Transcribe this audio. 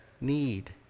need